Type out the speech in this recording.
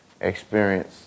experience